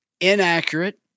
inaccurate